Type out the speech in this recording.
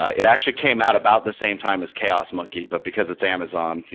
it actually came out about the same time as chaos monkey, but because it's amazon,